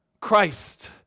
Christ